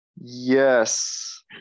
Yes